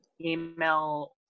email